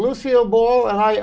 lucille ball and